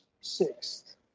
sixth